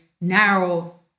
narrow